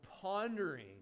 pondering